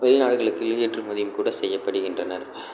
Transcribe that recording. வெளிநாடுகளுக்கு ஏற்றுமதியும் கூட செய்யப்படுகின்றனர்